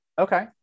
Okay